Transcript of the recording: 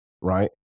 right